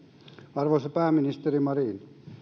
arvoisa pääministeri marin